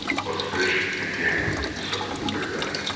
plus fish and game to supplement their diet.